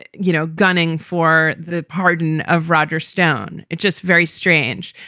and you know, gunning for the pardon of roger stone. it's just very strange.